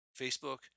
Facebook